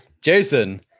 Jason